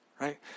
right